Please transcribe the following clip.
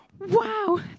wow